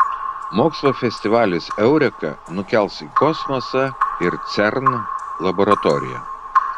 mokslo festivalis eureka nukels į kosmosą ir cern laboratoriją